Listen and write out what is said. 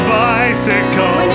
bicycle